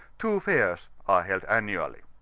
two fairs are held annually.